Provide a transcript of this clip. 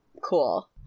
Cool